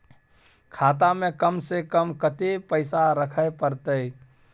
खाता में कम से कम कत्ते पैसा रखे परतै?